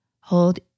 hold